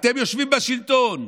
אתם יושבים בשלטון,